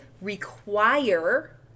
require